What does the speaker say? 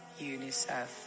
UNICEF